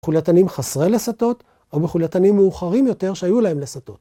בחולייתנים חסרי לסתות, או בחולייתנים מאוחרים יותר, שהיו להם לסתות.